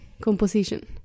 composition